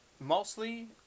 mostly